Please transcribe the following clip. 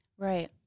Right